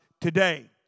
today